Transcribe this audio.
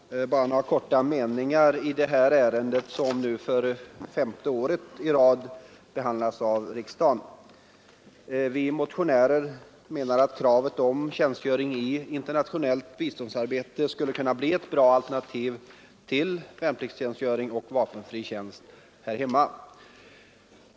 Herr talman! Bara några korta meningar i det ärende som nu för femte året i rad behandlas av riksdagen. Vi motionärer menar att tjänstgöring i internationellt biståndsarbete skulle kunna bli ett bra alternativ till värnpliktstjänstgöring och vapenfri tjänst här hemma.